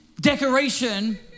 decoration